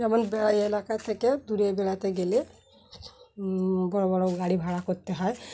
যেমন এই এলাকা থেকে দূরে বেড়াতে গেলে বড়ো বড়ো গাড়ি ভাড়া করতে হয়